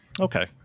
Okay